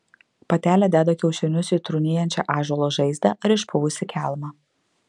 patelė deda kiaušinius į trūnijančią ąžuolo žaizdą ar išpuvusį kelmą